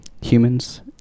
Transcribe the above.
humans